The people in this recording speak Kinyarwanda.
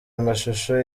amashusho